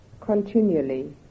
continually